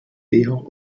eher